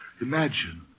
Imagine